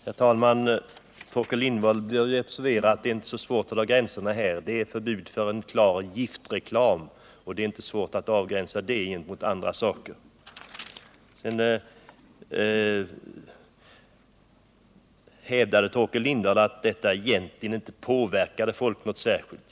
Herr talman! Jag ber Torkel Lindahl observera att det inte är så svårt att dra gränserna här. Det är förbud mot giftreklam det är fråga om, och det är inte svårt att avgränsa gentemot andra saker. Torkel Lindahl hävdade att reklamen egentligen inte påverkar folk något särskilt.